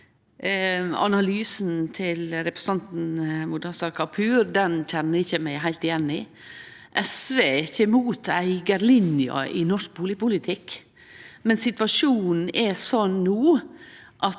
Analysen til representanten Mudassar Kapur kjenner eg meg ikkje heilt igjen i. SV er ikkje imot eigarlinja i norsk bustadpolitikk. Men situasjonen er sånn no